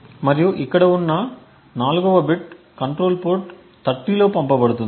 మరియు ఇక్కడ ఉన్న 4 వ బిట్ కంట్రోల్ పోర్ట్ 30 లో పంపబడుతుంది